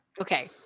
Okay